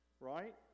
right